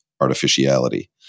artificiality